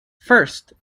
first